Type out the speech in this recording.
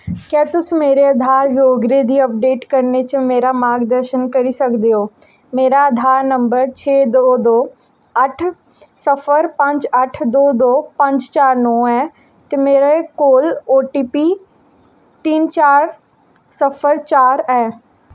क्या तुस मेरे आधार ब्यौरे गी अपडेट करने च मेरा मार्गदर्शन करी सकदे ओ मेरा आधार नंबर छे दो दो अट्ठ सिफर पंज अट्ठ दो दो पंज चार नौ ऐ ते मेरे कोल ओ टी पी तिन्न चार सिफर चार ऐ